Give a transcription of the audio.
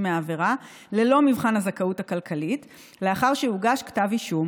מהעבירה ללא מבחן הזכאות הכלכלית לאחר שהוגש כתב אישום.